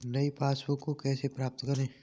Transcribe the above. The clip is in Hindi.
नई पासबुक को कैसे प्राप्त करें?